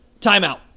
Timeout